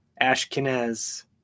Ashkenaz